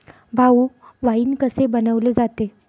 भाऊ, वाइन कसे बनवले जाते?